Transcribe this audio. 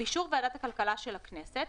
באישור ועדת הכלכלה של הכנסת,